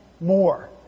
more